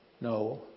No